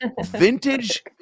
vintage